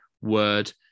word